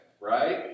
right